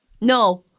no